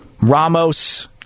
Ramos